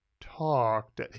talked